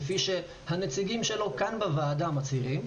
כפי שהנציגים שלו כאן בוועדה מצהירים,